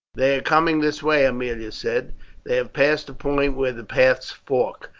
they are coming this way, aemilia said they have passed the point where the paths fork.